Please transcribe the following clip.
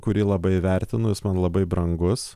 kurį labai vertinu jis man labai brangus